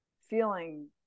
feeling